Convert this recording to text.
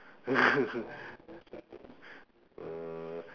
uh